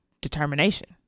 determination